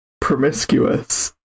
promiscuous